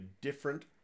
different